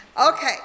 Okay